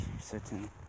certain